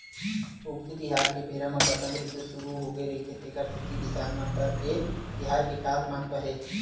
उक्ती तिहार के बेरा म बसंत रितु सुरू होगे रहिथे तेखर सेती किसान मन बर ए तिहार के खास महत्ता हे